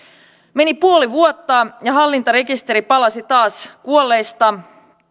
meni puoli vuotta ja hallintarekisteri palasi taas kuolleista